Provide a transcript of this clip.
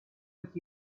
with